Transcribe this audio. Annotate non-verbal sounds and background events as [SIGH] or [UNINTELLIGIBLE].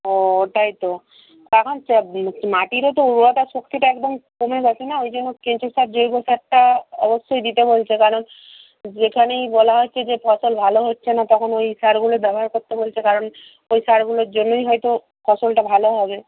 ও ওটাই তো এখন [UNINTELLIGIBLE] মাটিরও তো উর্বরতা শক্তিটা একদম কমে গেছে না ওই জন্য কেঁচো সার জৈব সারটা অবশ্যই দিতে বলছে কারণ যেখানেই বলা হচ্ছে যে ফসল ভালো হচ্ছে না তখন ওই সারগুলো ব্যবহার করতে বলছে কারণ ওই সারগুলোর জন্যই হয়তো ফসলটা ভালো হবে